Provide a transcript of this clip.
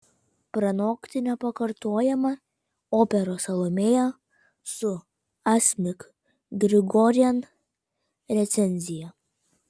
pranokti nepakartojamą operos salomėja su asmik grigorian recenzija